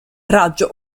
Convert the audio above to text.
raggio